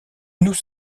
nous